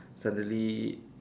suddenly